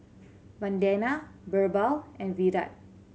Vandana Birbal and Virat